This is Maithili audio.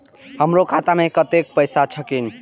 हमरो खाता में कतेक पैसा छकीन?